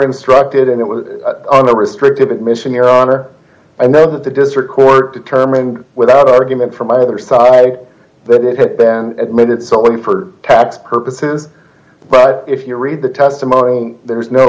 instructed and it was under restrictive admission your honor and then the district court determined without argument from either side that it then admitted solely for tax purposes but if you read the testimony there is no